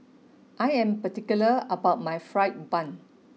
I am particular about my Fried Bun